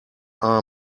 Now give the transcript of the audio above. are